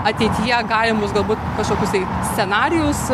ateityje galimus galbūt kažkokius tai scenarijus